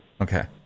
Okay